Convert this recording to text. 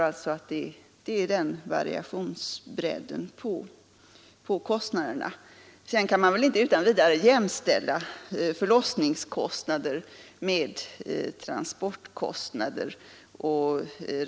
Emellertid kan man inte utan vidare jämställa förlossningskostnader med transportkostnader.